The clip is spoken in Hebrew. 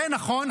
ונכון,